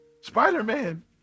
Spider-Man